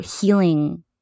healing